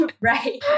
Right